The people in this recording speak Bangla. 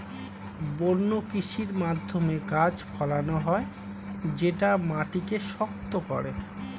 বন্য কৃষির মাধ্যমে গাছ ফলানো হয় যেটা মাটিকে শক্ত করে